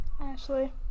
Ashley